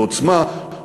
בעוצמה,